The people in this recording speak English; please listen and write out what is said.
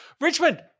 Richmond